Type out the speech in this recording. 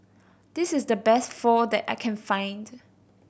this is the best Pho that I can find